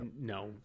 no